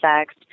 sex